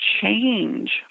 change